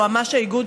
יועמ"ש האיגוד,